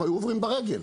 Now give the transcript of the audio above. הם היו עוברים ברגל.